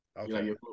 Okay